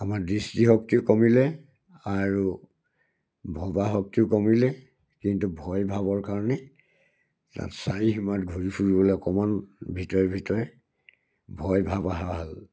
আমাৰ দৃষ্টিশক্তিও কমিলে আৰু ভবা শক্তিও কমিলে কিন্তু ভয় ভাবৰ কাৰণে তাত চাৰি সীমাত ঘূৰি ফুৰিবলৈ অকণমান ভিতৰে ভিতৰে ভয় ভাৱ অহা হ'ল